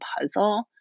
puzzle